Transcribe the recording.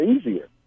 easier